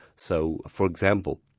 so for example,